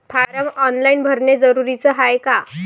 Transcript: Form online भरने जरुरीचे हाय का?